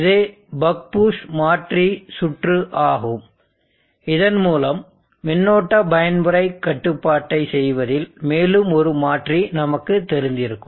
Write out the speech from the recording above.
இது buck boost மாற்றி சுற்று ஆகும் இதன் மூலம் மின்னோட்ட பயன்முறை கட்டுப்பாட்டைச் செய்வதில் மேலும் ஒரு மாற்றி நமக்கு தெரிந்திருக்கும்